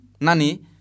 nani